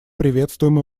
приветствуем